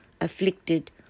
afflicted